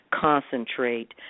concentrate